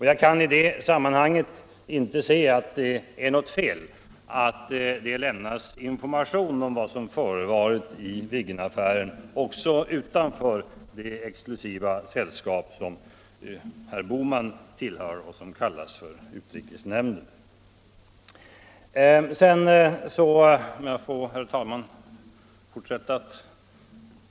Jag kan i det sammanhanget inte se att det är något fel att det lämnas information om vad som förevarit i Viggenaffären också utanför det exklusiva sällskap som herr Bohman tillhör och som kallas utrikesnämnden.